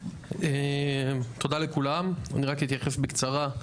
תודה לכולם, אני רק אתייחס בקצרה.